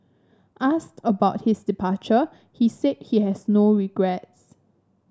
asked about his departure he said he has no regrets